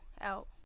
out